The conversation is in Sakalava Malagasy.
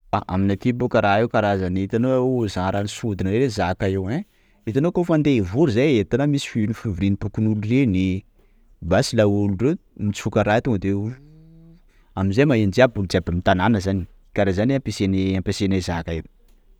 Aminay aty bôka raha io karazany itanao genre ny sodina reny zaka io ein! _x000D_ Itanao kôfa andeha hivory zay? _x000D_ Itanao misy fivoriam-pokonolo reny, basy laolo reo mitsoka raha io to de vooooo! _x000D_ Amzay maheno jiaby olo jiaby amin'ny tanàna zany! _x000D_ Kara zany ampesanay; ampesanay zaka io.